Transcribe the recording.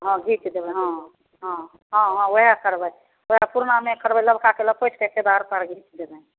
हँ घीच देबै हँ हँ हँ हँ ओहे करबै ओहे पुरनामे करबै नबकाके लपेटिके एक्के दारपर घीच देबनि